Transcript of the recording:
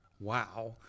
wow